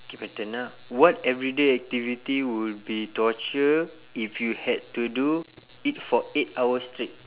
K my turn ah what everyday activity will be torture if you had to do it for eight hours straight